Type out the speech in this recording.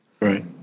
Right